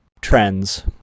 Trends